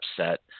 upset